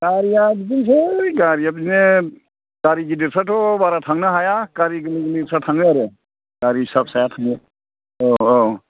गारिया बिदिनोसै गारिया बिदिनो गारि गिदिरफ्राथ' बारा थांनो हाया गारि गोरलै गोरलैफ्रा थाङो आरो गारि फिसा फिसाया थाङो औ औ